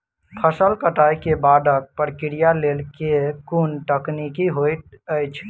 फसल कटाई केँ बादक प्रक्रिया लेल केँ कुन तकनीकी होइत अछि?